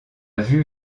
vue